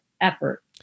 effort